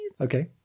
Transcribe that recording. okay